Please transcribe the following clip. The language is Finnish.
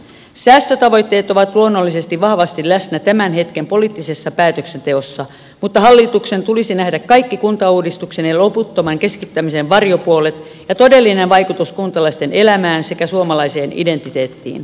säästötavoitteet ovat luonnollisesti vahvasti läsnä tämän hetken poliittisessa päätöksenteossa mutta hallituksen tulisi nähdä kaikki kuntauudistuksen ja loputtoman keskittämisen varjopuolet ja todellinen vaikutus kuntalaisten elämään sekä suomalaiseen identiteettiin